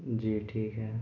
जी ठीक है